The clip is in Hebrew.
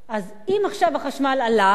אז אם עכשיו החשמל מתייקר,